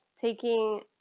taking